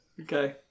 Okay